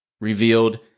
revealed